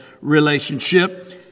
relationship